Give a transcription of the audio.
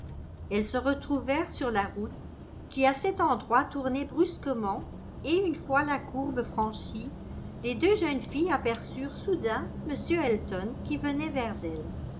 elles se retrouvèrent sur la route qui à cet endroit tournait brusquement et une fois la courbe franchie les deux jeunes filles aperçurent soudain m elton qui venait vers elles